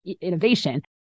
innovation